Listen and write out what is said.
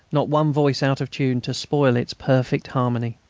not one voice out of tune, to spoil its perfect harmony.